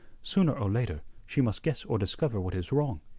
sooner or later, she must guess or discover what is wrong,